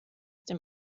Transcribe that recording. dem